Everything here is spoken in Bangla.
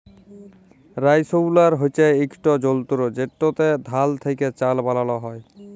রাইসহুলার হছে ইকট যল্তর যেটতে ধাল থ্যাকে চাল বালাল হ্যয়